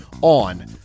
on